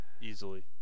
Easily